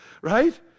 Right